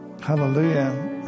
Hallelujah